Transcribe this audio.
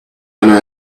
under